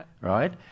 Right